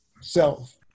self